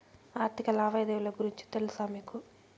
ఆర్థిక లావాదేవీల గురించి తెలుసా మీకు